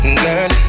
girl